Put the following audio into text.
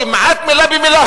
כמעט מלה במלה,